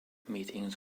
meetings